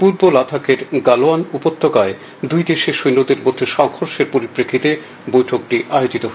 পূর্ব লাদাখের গালোয়ান উপত্যকায় দুই দেশের সৈন্যদের মধ্যে সংঘর্ষের পরিপ্রেক্ষিতে বৈঠকটি আয়োজিত হয়েছে